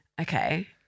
Okay